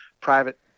Private